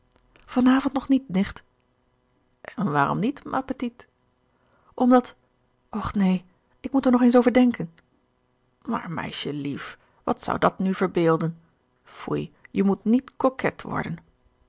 van avond nog niet nicht en waarom niet ma petite omdat och neen ik moet er nog eens over denken maar meisjelief wat zou dat nu verbeelden foei je moet niet coquet worden